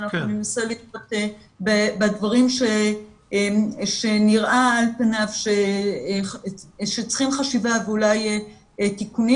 בדברים שנראה על פניו שצריכים חשיבה ואולי תיקונים